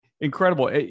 incredible